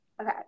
Okay